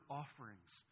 offerings